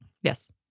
Yes